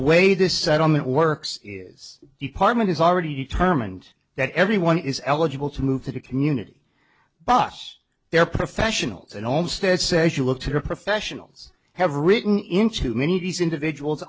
way this settlement works is department is already determined that everyone is eligible to move to the community bus there are professionals and allstate says you look to the professionals have written in to many of these individuals